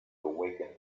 awaken